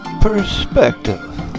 perspective